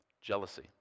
Jealousy